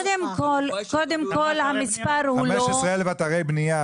קודם כל המספר הוא לא --- 15 אלף אתרי בנייה,